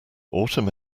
autumn